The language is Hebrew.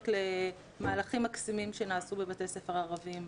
למהלכים מקסימים שנעשו בבתי ספר ערבים,